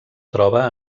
troba